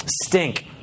stink